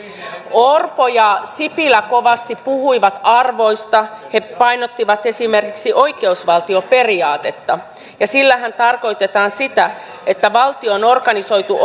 orpo ja sipilä kovasti puhuivat arvoista he painottivat esimerkiksi oikeusvaltioperiaatetta sillähän tarkoitetaan sitä että valtio on organisoitu